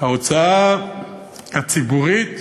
ההוצאה הציבורית,